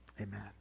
Amen